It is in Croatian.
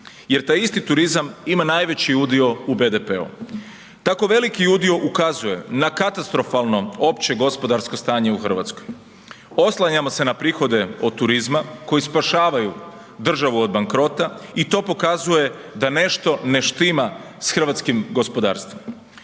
jer taj isti turizam ima najveći udio u BDP-u. Tako veliki udio ukazuje na katastrofalno opće gospodarsko stanje u Hrvatskoj. Oslanjamo se na prihode od turizma koji spašavaju državu od bankrota i to pokazuje da nešto ne štima s hrvatskim gospodarstvom.